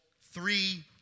three